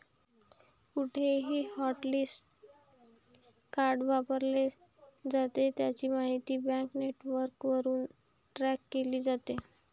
कुठेही hotlist card वापरले जाते, त्याची माहिती बँक नेटवर्कवरून ट्रॅक केली जाते